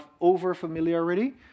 over-familiarity